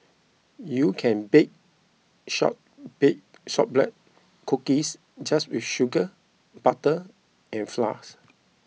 you can bake short beat Shortbread Cookies just with sugar butter and flours